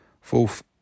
Fourth